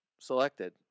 selected